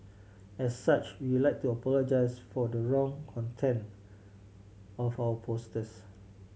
as such we'll like to apologise for the wrong content of our posters